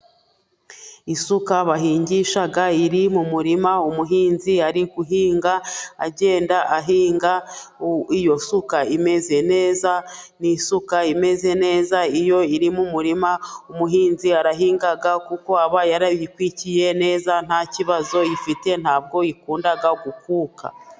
Isuka bahingisha iri mu murima, umuhinzi ari guhinga agenda ahinga, iyo suka imeze neza ni isuka imeze neza. Iyo iri mu murima umuhinzi arahinga kuko aba yarayikwikiye neza nta kibazo ifite, ntabwo ikunda gukuka.